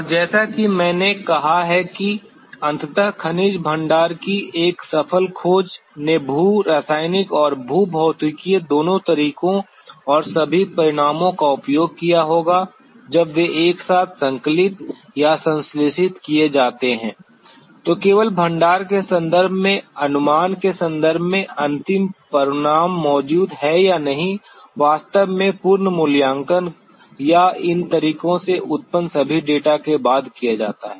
और जैसा कि मैंने कहा है कि अंततः खनिज भंडार की एक सफल खोज ने भू रासायनिक और भूभौतिकीय दोनों तरीकों और सभी परिणामों का उपयोग किया होगा जब वे एक साथ संकलित या संश्लेषित किए जाते हैं तो केवल भंडार के संदर्भ में अनुमान के संदर्भ में अंतिम परिणाम मौजूद है या नहीं वास्तव में पूर्ण मूल्यांकन या इन तरीकों से उत्पन्न सभी डेटा के बाद किया जाता है